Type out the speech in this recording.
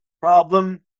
problem